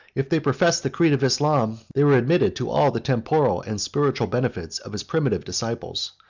if they professed the creed of islam, they were admitted to all the temporal and spiritual benefits of his primitive disciples,